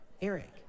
Eric